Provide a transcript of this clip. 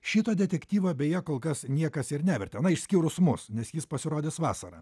šito detektyvo beje kol kas niekas ir nevertė na išskyrus mus nes jis pasirodys vasarą